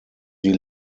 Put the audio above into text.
die